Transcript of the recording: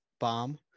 bomb